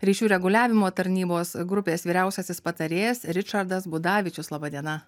ryšių reguliavimo tarnybos grupės vyriausiasis patarėjas ričardas budavičius laba diena